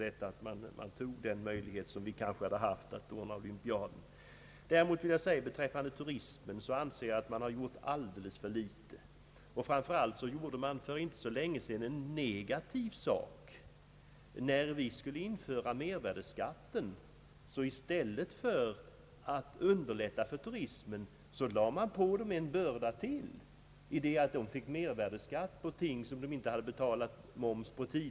Framför allt vill jag framhålla att man för inte så länge sedan från regeringens sida vidtog en åtgärd i negativ riktning. När mervärdeskatten skulle införas lade man — i stället för att underlätta för turismen — på turistnäringen ytterligare en börda genom att införa mervärdeskatt på ting som man inte tidigare betalat oms på.